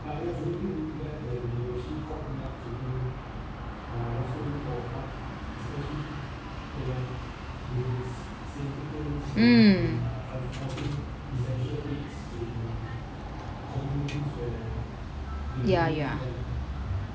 mm ya ya